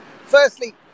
Firstly